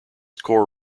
core